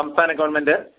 സംസ്ഥാന government C